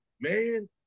man